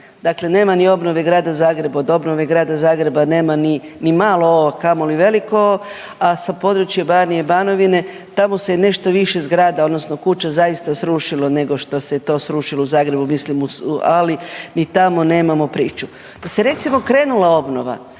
Dakle, nema ni obnove Grada Zagreba, od obnove Grada Zagreba nema ni malo o, a kamoli veliko o, a sa područja Banije/Banovine, tamo se nešto više zgrada odnosno kuća zaista srušilo nego što se to srušilo u Zagrebu, mislim, .../nerazumljivo/... ali ni tamo nemamo priču. Da se recimo krenula obnova,